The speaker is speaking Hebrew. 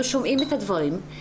אנחנו שומעים את הדברים.